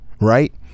Right